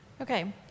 Okay